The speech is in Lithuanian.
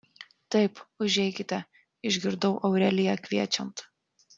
taip užeikite išgirdau aureliją kviečiant